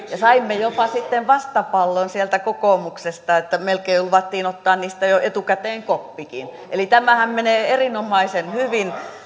ja saimme sitten jopa vastapallon sieltä kokoomuksesta melkein luvattiin ottaa niistä jo etukäteen koppikin eli tämähän menee erinomaisen hyvin